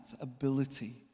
ability